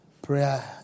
Prayer